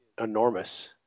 enormous